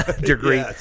degree